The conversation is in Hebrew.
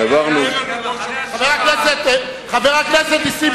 חבר הכנסת נסים